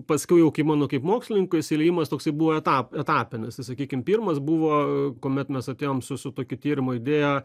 paskiau jau kai mano kaip mokslininko įsiliejimas toksai buvo etap etapinis sakykim pirmas buvo kuomet mes atėjom su su tokio tyrimo idėja